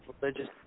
religious